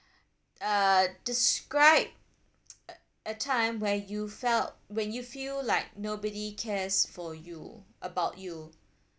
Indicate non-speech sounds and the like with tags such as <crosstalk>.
uh describe <noise> a a time where you felt when you feel like nobody cares for you about you